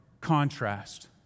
contrast